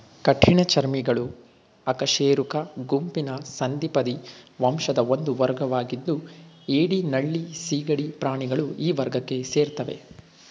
ಕಠಿಣ ಚರ್ಮಿಗಳು ಅಕಶೇರುಕ ಗುಂಪಿನ ಸಂಧಿಪದಿ ವಂಶದ ಒಂದು ವರ್ಗವಾಗಿದ್ದು ಏಡಿ ನಳ್ಳಿ ಸೀಗಡಿ ಪ್ರಾಣಿಗಳು ಈ ವರ್ಗಕ್ಕೆ ಸೇರ್ತವೆ